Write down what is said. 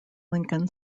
lincoln